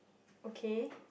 okay